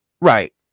right